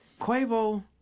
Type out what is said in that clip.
Quavo